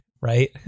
right